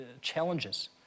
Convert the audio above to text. challenges